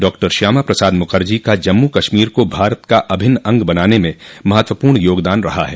doctor Shyama Prasad Mukherjee का जम्मू कश्मीर को भारत का अभिन्न अंग बनाने में महत्वपूर्ण योगदान रहा है